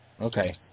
Okay